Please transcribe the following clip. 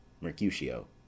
Mercutio